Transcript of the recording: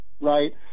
right